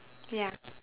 ya